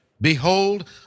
behold